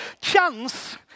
Chance